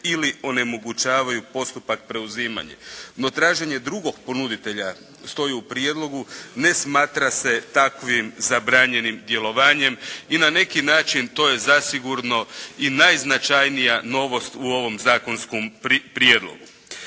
ili onemogućavaju postupak preuzimanja. No traženje drugog ponuditelja stoji u prijedlogu ne smatra se takvim zabranjenim djelovanjem. I na neki način to je zasigurno i najznačajnija novost u ovom zakonskom prijedlogu.